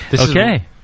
Okay